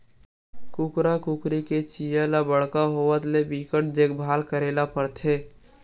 कुकरा कुकरी के चीया ल बड़का होवत ले बिकट देखभाल करे ल परथे